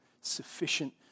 sufficient